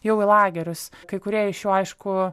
jau į lagerius kai kurie iš jų aišku